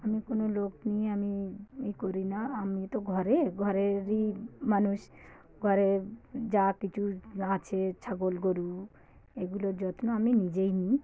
আমি কোনো লোক নিয়ে আমি ই করি না আমি তো ঘরে ঘরেরই মানুষ ঘরে যা কিছু আছে ছাগল গরু এগুলোর যত্ন আমি নিজেই নিই